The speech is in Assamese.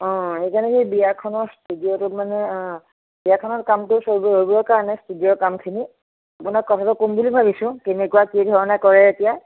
অঁ সেইকাৰণে সেই বিয়াখনৰ ষ্টুডিঅ'টোত মানে বিয়াখনৰ কামটো কৰিবৰ কাৰণে ষ্টুডিঅ'ৰ কামখিনি আপোনাক কথাটো ক'ম বুলি ভাবিছোঁ কেনেকুৱা কি ধৰণে কৰে এতিয়া